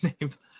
names